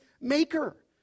maker